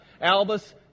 Albus